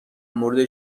مورد